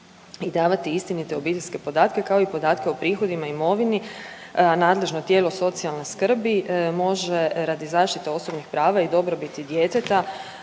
i davati istinite obiteljske podatke, kao i podatke o prihodima i imovini. Nadležno tijelo socijalne skrbi može radi zaštite osobnih prava i dobrobiti djeteta